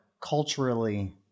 culturally